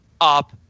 up